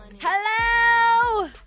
Hello